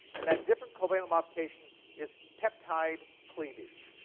and that different covalent modification is peptide cleavage.